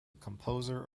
composer